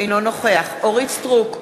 אינו נוכח אורית סטרוק,